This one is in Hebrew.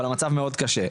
אבל המצב מאוד קשה.